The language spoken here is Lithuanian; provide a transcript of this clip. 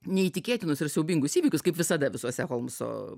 neįtikėtinus ir siaubingus įvykius kaip visada visuose holmso